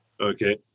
Okay